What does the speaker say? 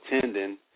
tendon